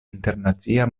internacia